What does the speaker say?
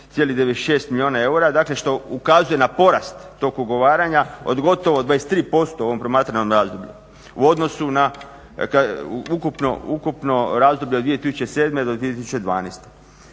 217,96 milijuna eura, dakle što ukazuje na porast tog ugovaranja od gotovo 23% u ovom promatranom razdoblju u odnosu